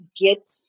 get